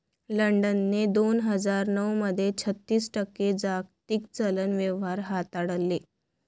लंडनने दोन हजार नऊ मध्ये छत्तीस टक्के जागतिक चलन व्यवहार हाताळले